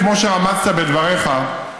כמו שרמזת בדבריך,